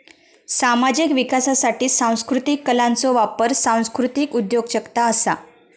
सामाजिक विकासासाठी सांस्कृतीक कलांचो वापर सांस्कृतीक उद्योजगता असा